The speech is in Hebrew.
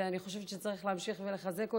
אני חושבת שצריך להמשיך ולחזק אותם,